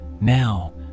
now